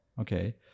Okay